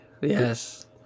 yes